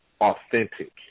authentic